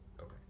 Okay